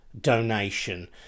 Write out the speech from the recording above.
donation